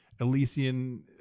Elysian